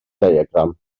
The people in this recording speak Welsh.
diagram